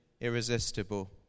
irresistible